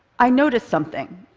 i noticed something.